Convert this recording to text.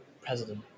president